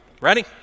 ready